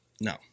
No